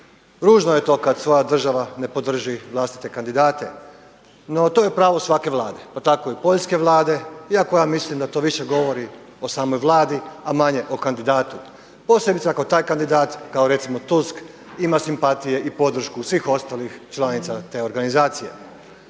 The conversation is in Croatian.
Ružno je kada svoja država ne podrži vlastite kandidate, no to je pravo svake vlade, pa tako i poljske vlade, iako ja mislim da to više govori o samoj Vladi, a manje o kandidatu, posebice ako taj kandidata kao recimo Tusk ima simpatije i podršku svih ostalih članica te organizacije.